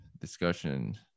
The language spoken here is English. discussion